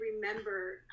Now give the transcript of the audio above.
remember